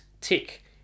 Tick